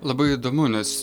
labai įdomu nes